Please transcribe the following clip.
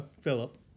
Philip